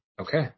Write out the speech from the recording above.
Okay